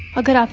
a good